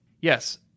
Yes